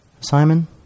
Simon